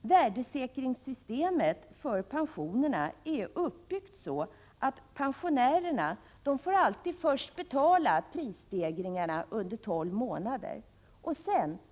Värdesäkringssystemet för pensionerna är uppbyggt så, att pensionärerna under de första tolv månaderna efter en prisstegring alltid själva så att säga får betala för denna.